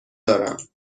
دارم